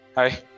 Hi